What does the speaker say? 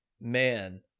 man